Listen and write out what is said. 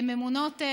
ממונות,